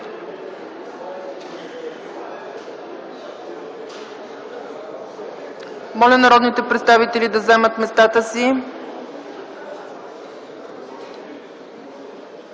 Моля народните представители да заемат местата си,